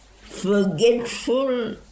forgetful